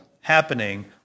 happening